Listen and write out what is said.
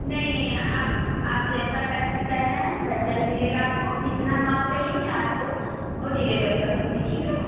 नहीं नहीं आप आप जैसा कर रहें कहे रहे हैं वैसा ही मिलेगा आपको जितना माल चाहिए मैं आपको वो डिलीवर कर दूँगी ठीक है